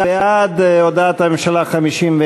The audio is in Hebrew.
בעד הודעת הממשלה,